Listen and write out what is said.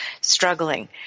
struggling